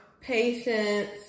patience